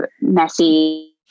messy